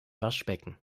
waschbecken